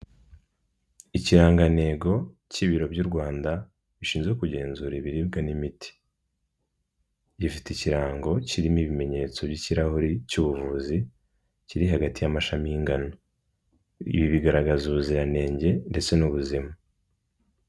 Ikirangantego cy'ibiro by'u Rwanda bishinzwe kugenzura ibiribwa n'imiti, gifite ikirango kirimo ibimenyetso by'ikirahure cy'ubuvuzi kiri hagati y'amashami y'ingano, ibi bigaragaza ubuziranenge ndetse n'ubuzima.